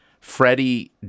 Freddie